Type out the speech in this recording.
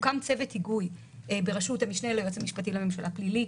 הוקם צוות היגוי בראשות המשנה ליועץ המשפטי הממשלה (פלילי),